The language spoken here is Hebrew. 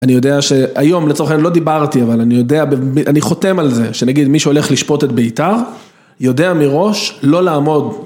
אני יודע שהיום לצורך העניין לא דיברתי אבל אני יודע אני חותם על זה שנגיד מי שהולך לשפוט את בית"ר יודע מראש לא לעמוד